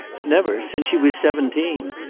never, since she was seventeen,